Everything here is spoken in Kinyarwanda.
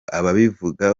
ababivuga